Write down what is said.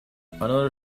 another